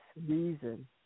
reason